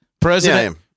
president